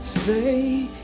Say